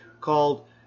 called